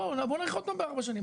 לא, בואו נאריך עוד פעם בארבע שנים.